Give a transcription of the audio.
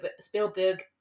Spielberg